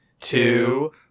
two